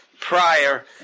prior